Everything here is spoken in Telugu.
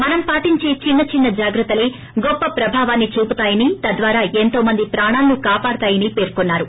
మనం పాటించే చిన్న చిన్న జాగ్రత్తలే గొప్ప ప్రభావం చూపుతాయని తద్వారా ఎంతో మంది ప్రాణాలను కాపాడతాయని పేర్కొన్నారు